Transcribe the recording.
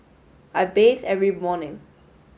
I bathe every morning